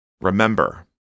Remember